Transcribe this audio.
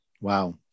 Wow